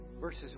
verses